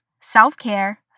self-care